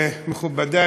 מכובדי,